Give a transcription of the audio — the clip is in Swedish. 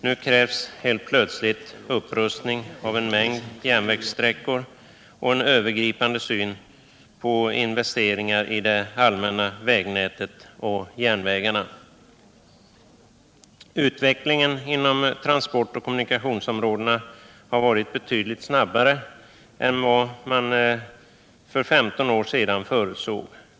Nu krävs helt plötsligt upprustning av en mängd järnvägssträckor och en övergripande syn på investeringar för det allmänna vägnätet och järnvägarna. Utvecklingen inom transportoch kommunikationsområdena har varit betydligt snabbare än vad man för 15 år sedan förutsåg.